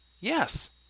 Yes